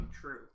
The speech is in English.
true